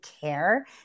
care